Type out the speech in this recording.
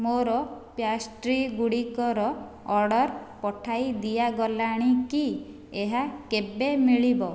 ମୋର ପ୍ୟାଷ୍ଟ୍ରି ଗୁଡ଼ିକର ଅର୍ଡ଼ର୍ ପଠାଇ ଦିଆଗଲାଣି କି ଏହା କେବେ ମିଳିବ